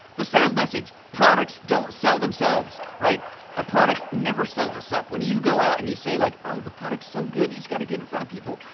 the sales message, products don't sell themselves, a ah product never sells itself. when you go out and you say like oh the product's so good you've got to get in front of people.